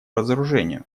разоружению